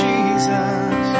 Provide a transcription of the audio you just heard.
Jesus